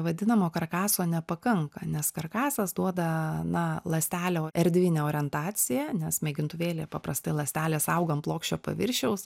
vadinamo karkaso nepakanka nes karkasas duoda na ląstelių erdvinę orientaciją nes mėgintuvėlyje paprastai ląstelės auga ant plokščio paviršiaus